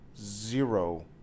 Zero